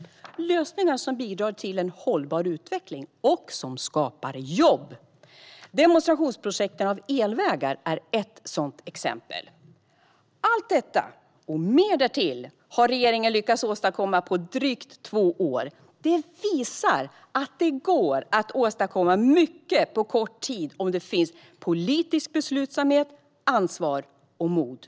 Det är lösningar som bidrar till en hållbar utveckling och som skapar jobb. Demonstrationsprojekten med elvägar är ett sådant exempel. Allt detta, och mer därtill, har regeringen lyckats åstadkomma på drygt två år. Det visar att det går att åstadkomma mycket på kort tid om det finns politisk beslutsamhet, ansvar och mod.